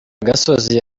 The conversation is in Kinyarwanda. gasozi